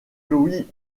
louis